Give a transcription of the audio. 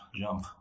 jump